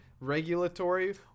regulatory